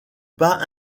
pas